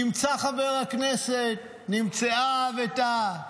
נמצא חבר הכנסת, נמצאה האבדה,